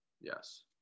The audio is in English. Yes